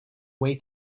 way